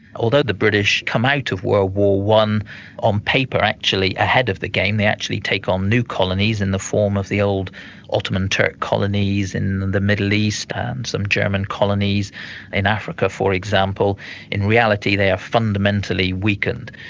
although the british come out of world war i on paper actually ahead of the game they actually take on new colonies in the form of the old ottoman turk colonies in and the middle east and some german colonies in africa, for example in reality they are fundamentally weakened.